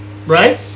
Right